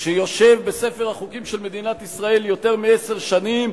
שיושב בספר החוקים של מדינת ישראל יותר מעשר שנים,